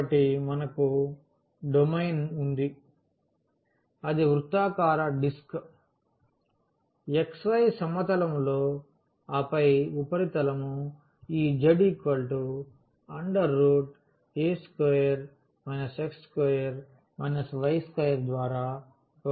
కాబట్టి మనకు ఇప్పుడు డొమైన్ ఉంది అది వృత్తాకార డిస్క్ xy సమతలం లో ఆపై ఉపరితలం ఈ z a2 x2 y2 ద్వారా ఇవ్వబడుతుంది